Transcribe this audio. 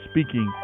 speaking